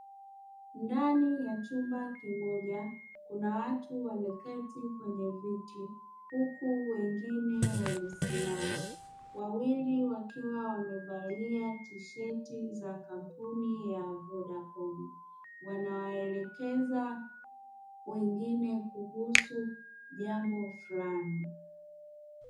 Ndani ya chumba kimoja, kina watu wameketi kwenye viti huku wengine wamesimama, wawili wakiwa wamevalia tisheti za kampuni ya Vodacom wanawaelekeza wengine kuhusu jambo fulani.